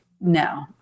No